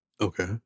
okay